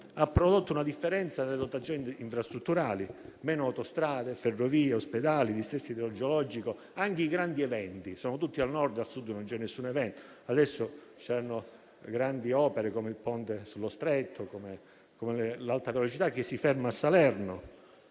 ha prodotto una differenza nelle dotazioni infrastrutturali - meno autostrade, ferrovie ed ospedali - e il dissesto idrogeologico e anche i grandi eventi sono tutti al Nord, mentre al Sud non c'è alcun evento. Adesso ci saranno grandi opere, come il Ponte sullo Stretto e l'alta velocità, che si ferma a Salerno.